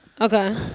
okay